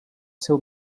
seu